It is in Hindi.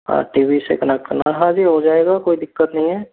हाँ टी वी से कनेक्ट करना हाँ जी हो जाएगा कोई दिक्कत नहीं है